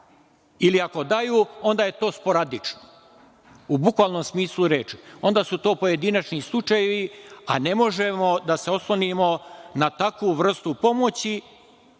ili ako daju, onda je to sporadično, u bukvalnom smislu reči. Onda su to pojedinačni slučajevi, a ne možemo da se oslonimo na takvu vrstu pomoći